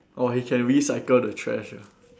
oh he can recycle the trash ah